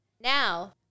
Now